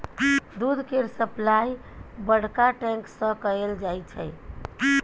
दूध केर सप्लाई बड़का टैंक सँ कएल जाई छै